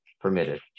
permitted